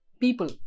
people